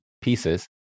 pieces